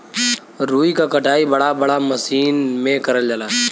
रुई क कटाई बड़ा बड़ा मसीन में करल जाला